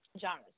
genres